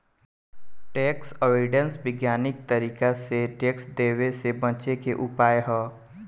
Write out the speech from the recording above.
tax avoidance वैज्ञानिक तरीका से टैक्स देवे से बचे के उपाय ह